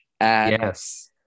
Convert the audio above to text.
Yes